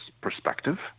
perspective